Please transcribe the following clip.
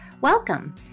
Welcome